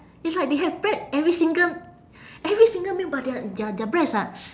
it's like they have bread every single every single meal but their their their breads are